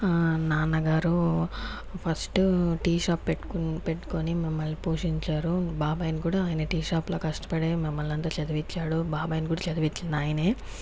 నాన్నగారు first tea shop పెట్టు పెట్టుకుని మమల్ని పోషించారు బాబాయిని కూడా ఆయన టీ షాపు లోనే కష్టపడే మమ్మల్నందరిని చదివించాడు బాబాయిని కూడా చదివించింది ఆయనే